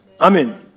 Amen